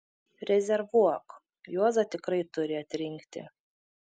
rezervuok juozą tikrai turi atrinkti